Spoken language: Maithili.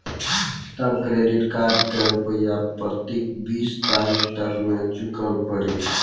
तब क्रेडिट कार्ड के रूपिया प्रतीक बीस तारीख तक मे चुकल पड़ी?